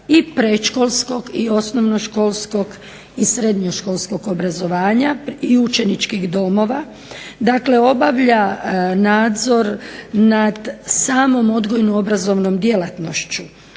i predškolskog i osnovnoškolskog i srednjoškolskog obrazovanja i učeničkih domova. Dakle obavlja nadzor nad samom odgojno-obrazovnom djelatnošću